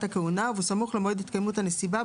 הכהונה ובסמוך למועד התקיימות הנסיבה,